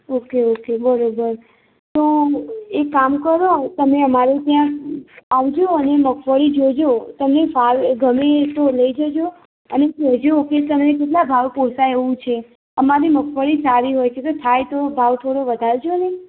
okay okay બરાબર તો એક કામ કરો તમે અમારે ત્યાં આવજો અને મગફળી જોજો તમને ફાવે ગમે તો લઇ જજો અને કહેજો કે તમે કેટલા ભાવ પોસાય એવું છે અમારી મગફળી સારી હોય છે જો થાય તો ભાવ થોડો વધારજો ને